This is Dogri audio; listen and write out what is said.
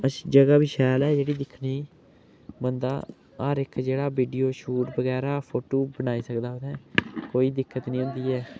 अच्छी जगह् बी शैल ऐ जेह्ड़ी दिक्खने गी बन्दा हर इक जेह्ड़ा विडियो शूट बगैरा फोटू बनाई सकदा उत्थै कोई दिक्कत नी औंदी ऐ